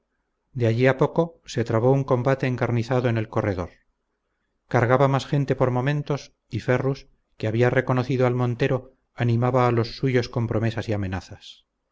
de allí a poco se trabó un combate encarnizado en el corredor cargaba más gente por momentos y ferrus que había reconocido al montero animaba a los suyos con promesas y amenazas